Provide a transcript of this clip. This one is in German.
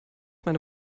meine